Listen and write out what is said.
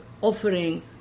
offering